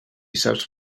saps